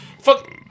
fuck